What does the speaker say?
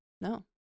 no